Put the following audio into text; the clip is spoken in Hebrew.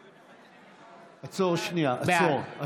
בעד עצור שנייה, עצור.